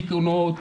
דיכאונות.